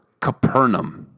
Capernaum